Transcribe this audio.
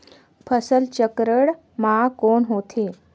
फसल चक्रण मा कौन होथे?